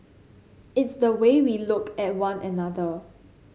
it's the way we look at one another